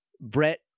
Brett